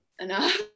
enough